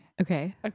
Okay